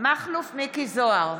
מכלוף מיקי זוהר,